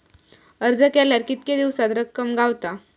अर्ज केल्यार कीतके दिवसात रक्कम गावता?